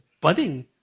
budding